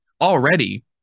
already